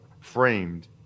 framed